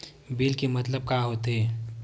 Bill के मतलब का होथे?